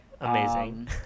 Amazing